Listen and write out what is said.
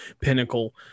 Pinnacle